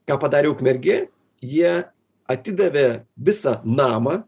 ką padarė ukmergė jie atidavė visą namą